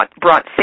brought